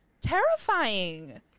terrifying